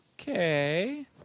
Okay